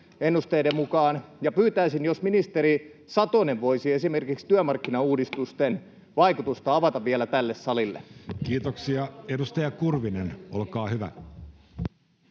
Pyytäisin, jos ministeri Satonen voisi esimerkiksi työmarkkinauudistusten vaikutusta avata vielä tälle salille. [Miapetra Kumpula-Natri: Ja sitä